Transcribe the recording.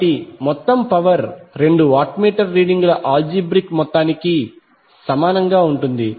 కాబట్టి మొత్తం పవర్ రెండు వాట్ మీటర్ రీడింగుల ఆల్జీబ్రిక్ మొత్తానికి సమానంగా ఉంటుంది